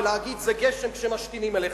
ולהגיד זה גשם כשמשתינים עליך.